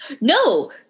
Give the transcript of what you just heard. No